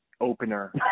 opener